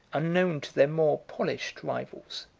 unknown to their more polished rivals,